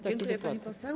Dziękuję, pani poseł.